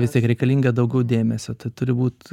vis tiek reikalinga daugiau dėmesio tad turi būt